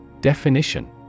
Definition